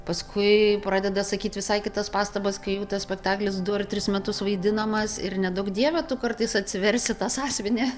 paskui pradeda sakyt visai kitas pastabas kai tas spektaklis du ar tris metus vaidinamas ir neduok dieve tu kartais atsiversi tą sąsiuvinį